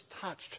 touched